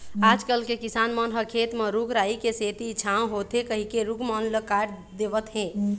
आजकल के किसान मन ह खेत म रूख राई के सेती छांव होथे कहिके रूख मन ल काट देवत हें